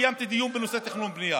קיימתי דיון בנושאי תכנון ובנייה.